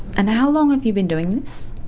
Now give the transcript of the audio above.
and how long have you been doing this?